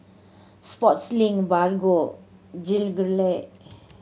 Sportslink Bargo Gelare